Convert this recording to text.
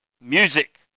music